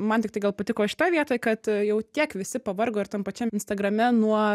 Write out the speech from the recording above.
man tiktai gal patiko šitoj vietoj kad jau tiek visi pavargo ir tam pačiam instagrame nuo